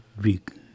big